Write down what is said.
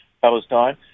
Palestine